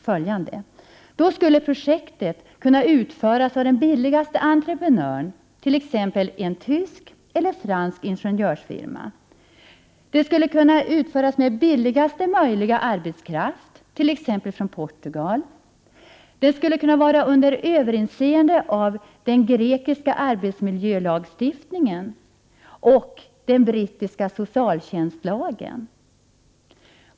Projektet skulle kunna utföras av den billigaste entreprenören, t.ex. en tysk eller fransk ingenjörsfirma, med billigaste möjliga arbetskraft, t.ex. från Portugal, och i enlighet med den grekiska arbetsmiljölagstiftningen och den brittiska sociallagstiftningen.